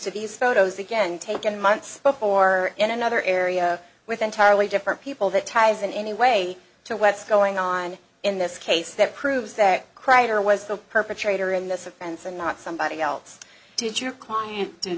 to these photos again taken months before in another area with entirely different people that ties in any way to what's going on in this case that proves that crater was the perpetrator in this offense and not somebody else did your client